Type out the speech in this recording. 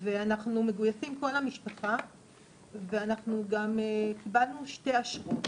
ואנחנו מגויסים כל המשפחה ואנחנו גם קיבלנו 2 אשרות